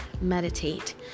meditate